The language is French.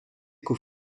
qu’au